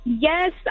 Yes